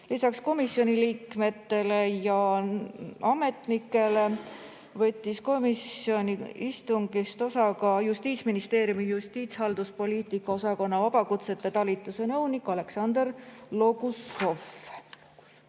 Lisaks komisjoni liikmetele ja ametnikele võttis istungist osa ka Justiitsministeeriumi justiitshalduspoliitika osakonna vabakutsete talituse nõunik Aleksandr Logussov. Kuna